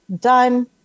done